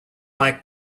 like